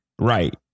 right